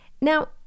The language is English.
Now